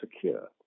secure